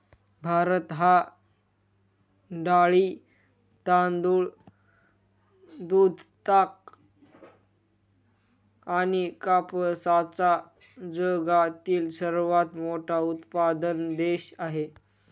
भारत हा डाळी, तांदूळ, दूध, ताग आणि कापसाचा जगातील सर्वात मोठा उत्पादक देश आहे